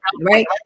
right